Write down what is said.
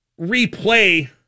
replay